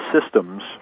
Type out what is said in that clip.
systems